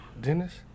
Dennis